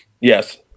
Yes